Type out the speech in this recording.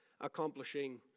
accomplishing